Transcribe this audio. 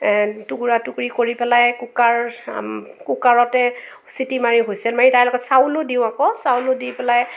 টুকুৰা টুকুৰী কৰি পেলাই কুকাৰত কুকাৰতে চিটি মাৰি হুইছেল মাৰি তাৰ লগত চাউলো দিওঁ আকৌ চাউলো দি পেলাই